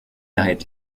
arrête